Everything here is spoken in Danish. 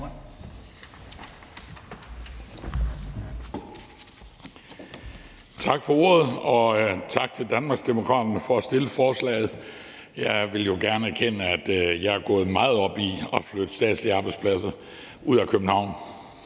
Tak for ordet, og tak til Danmarksdemokraterne for at fremsætte forslaget. Jeg vil jo gerne erkende, at jeg er gået meget op i at flytte statslige arbejdspladser ud af København.